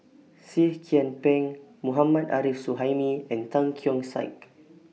Seah Kian Peng Mohammad Arif Suhaimi and Tan Keong Saik